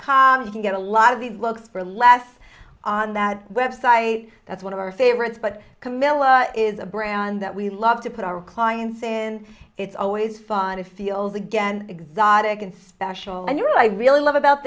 com you can get a lot of these looks for less on that website that's one of our favorites but camilla is a brand that we love to put our clients in it's always fun and feels again exotic and special and you know i really love about